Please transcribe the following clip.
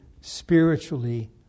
spiritually